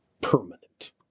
permanent